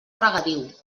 regadiu